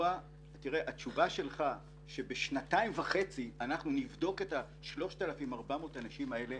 התשובה שלך שבשנתיים וחצי אנחנו נבדוק את ה-3,400 אנשים האלה,